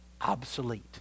obsolete